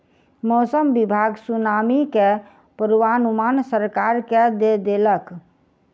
मौसम विभाग सुनामी के पूर्वानुमान सरकार के दय देलक